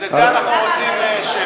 אז את זה אנחנו רוצים שמית.